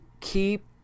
keep